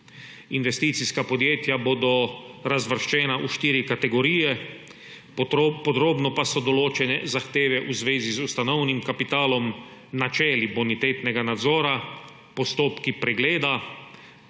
Investicijska podjetja bodo razvrščena v štiri kategorije, podrobno pa so določene zahteve v zvezi z ustanovnim kapitalom, načeli bonitetnega nadzora, postopki pregleda,